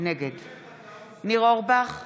נגד ניר אורבך,